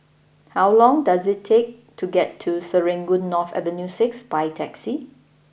how long does it take to get to Serangoon North Avenue Six by taxi